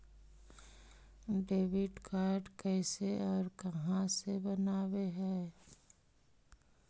Debit card कैसे और कहां से बनाबे है?